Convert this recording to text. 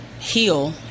heal